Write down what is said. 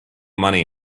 money